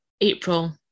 April